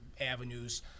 avenues